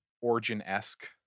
origin-esque